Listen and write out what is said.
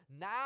Now